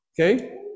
Okay